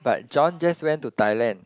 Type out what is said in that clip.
but John just went to Thailand